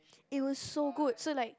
it was so good so like